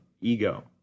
ego